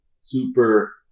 super